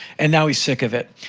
and now he's sick of it.